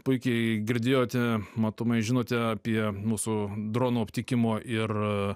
puikiai girdėjote matomai žinote apie mūsų dronų aptikimo ir